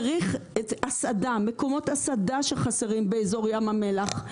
צריך הסעדה, מקומות הסעדה שחסרים באזור ים המלח.